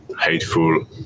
Hateful